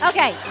Okay